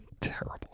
Terrible